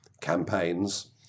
campaigns